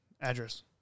Address